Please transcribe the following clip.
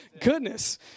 Goodness